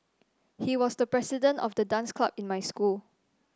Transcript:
he was the president of the dance club in my school